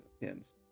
pins